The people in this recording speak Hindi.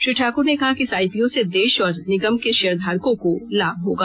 श्री ठाकुर ने कहा कि इस आईपीओ से देश और निगम के शेयरधारकों को लाभ होगा